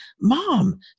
Mom